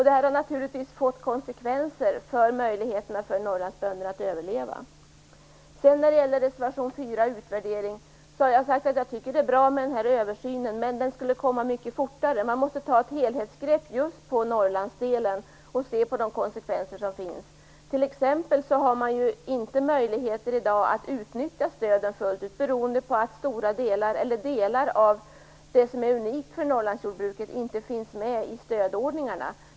Detta har naturligtvis fått konsekvenser för möjligheterna för Norrlandsbönderna att överleva. När det gäller reservation 4 om en utvärdering tycker jag att det är bra med en översyn. Men den borde komma mycket fortare. Man måste ta ett helhetsgrepp just på Norrlandsdelen och se på konsekvenserna. Man har t.ex. i dag inte möjligheter att utnyttja stöden fullt ut, beroende på att det som är unikt för Norrlandsjordbruket inte finns med i stödordningarna.